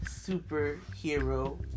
superhero